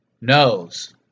knows